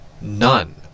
None